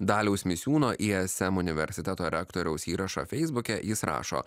daliaus misiūno ism universiteto rektoriaus įrašą feisbuke jis rašo